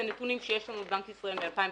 זה נתונים שיש לנו מבנק ישראל מ-2015,